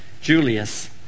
Julius